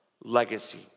legacy